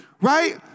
right